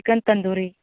chicken tandoori